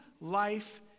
life